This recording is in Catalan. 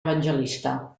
evangelista